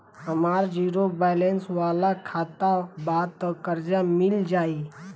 हमार zero balance वाला खाता बा त कर्जा मिल जायी?